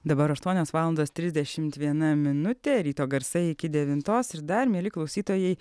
dabar aštuonios valandos trisdešimt viena minutė ryto garsai iki devintos ir dar mieli klausytojai